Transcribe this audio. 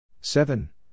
seven